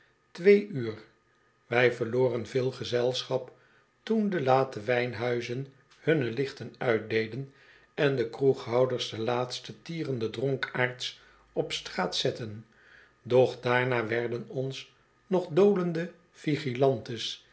twee uur wij verloren veel gezelschap toen de late wijnhuizen hunne lichten uitdeden en de kroeghouders de laatste tierende dronkaards op straat zetten doch daarna werden ons nog dolende